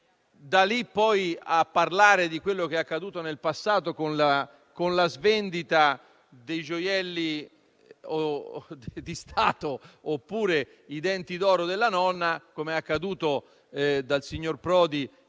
Da lì, tutto quello che è accaduto nel passato, con la svendita dei gioielli di Stato oppure dei denti d'oro della nonna, come è accaduto dal signor Prodi